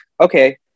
okay